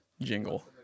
jingle